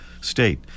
State